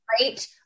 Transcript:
Right